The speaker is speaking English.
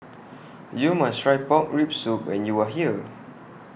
YOU must Try Pork Rib Soup when YOU Are here